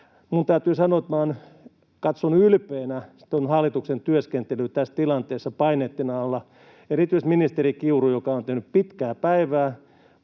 onkaan. Täytyy sanoa, että katson ylpeänä hallituksen työskentelyä tässä tilanteessa paineitten alla, erityisesti ministeri Kiurun, joka on tehnyt pitkää päivää,